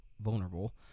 vulnerable